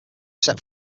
set